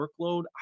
workload